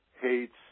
hates